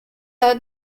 are